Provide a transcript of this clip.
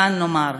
מכאן נאמר: